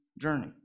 journey